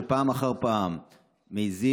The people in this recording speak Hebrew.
שפעם אחר פעם מעיזים,